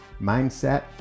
mindset